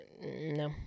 No